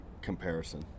Comparison